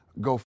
go